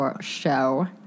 Show